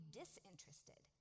disinterested